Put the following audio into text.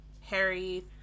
harry